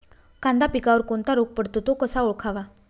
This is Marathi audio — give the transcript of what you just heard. कांदा पिकावर कोणता रोग पडतो? तो कसा ओळखावा?